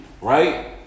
right